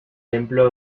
templo